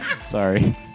Sorry